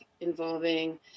involving